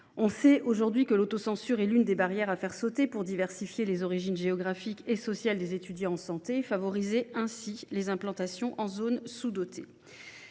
On sait que l’autocensure est l’une des barrières à faire sauter pour diversifier les origines géographiques et sociales des étudiants en santé et favoriser ainsi les implantations en zones sous dotées.